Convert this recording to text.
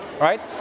right